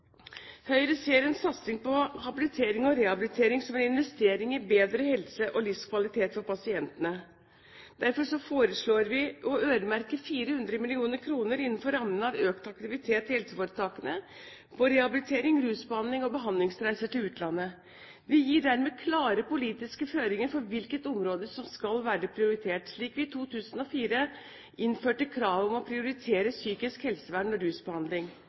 Høyre ser en satsing på habilitering og rehabilitering som en investering i bedre helse og livskvalitet for pasientene. Derfor foreslår vi å øremerke 400 mill. kr innenfor rammen av økt aktivitet i helseforetakene, på rehabilitering, rusbehandling og behandlingsreiser til utlandet. Vi gir dermed klare politiske føringer for hvilket område som skal være prioritert, slik vi i 2004 innførte kravet om å prioritere psykisk helsevern og rusbehandling.